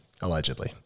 Allegedly